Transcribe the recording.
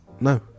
No